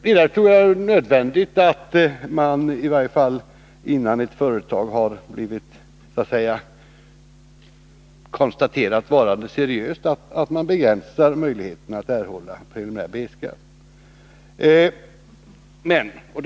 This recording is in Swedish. Vidare tror jag att det är nödvändigt, i varje fall innan det konstaterats att ett företag är seriöst, att möjligheterna att erhålla preliminär B-skatt begränsas.